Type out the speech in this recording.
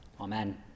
amen